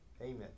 Amen